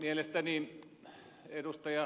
mielestäni ed